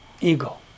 ego